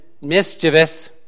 mischievous